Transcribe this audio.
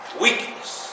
weakness